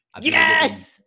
Yes